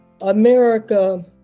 America